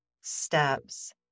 steps